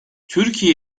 türkiye